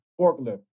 forklift